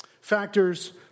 factors